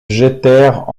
jetèrent